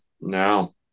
no